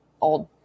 old